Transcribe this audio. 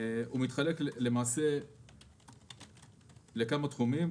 הוא מתחלק לכמה תחומים: